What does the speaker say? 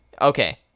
Okay